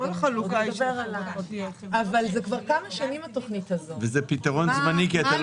התוכנית הזו היא כבר כמה שנים, מה לוחות הזמנים?